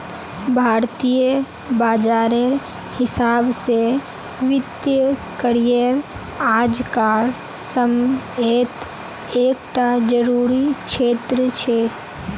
भारतीय बाजारेर हिसाब से वित्तिय करिएर आज कार समयेत एक टा ज़रूरी क्षेत्र छे